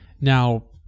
Now